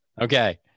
Okay